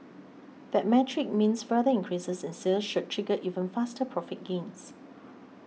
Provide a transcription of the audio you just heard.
that metric means further increases in sales should trigger even faster profit gains